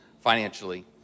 financially